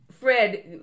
Fred